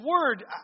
word